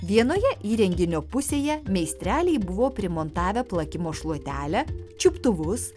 vienoje įrenginio pusėje meistreliai buvo primontavę plakimo šluotelę čiuptuvus